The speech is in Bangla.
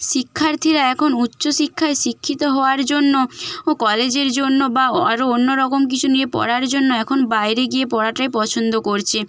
শিক্ষার্থীরা এখন উচ্চশিক্ষায় শিক্ষিত হওয়ার জন্য ও কলেজের জন্য বা অ আরও অন্য রকম কিছু নিয়ে পড়ার জন্য এখন বাইরে গিয়ে পড়াটাই পছন্দ করছে